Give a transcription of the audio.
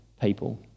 people